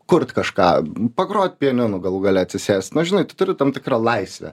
kurt kažką pagrot pianinu galų gale atsisėst nu žinai tu turi tam tikrą laisvę